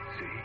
See